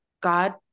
God